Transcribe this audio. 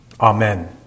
amen